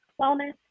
Wellness